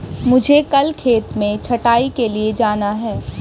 मुझे कल खेत में छटाई के लिए जाना है